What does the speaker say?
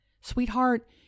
Sweetheart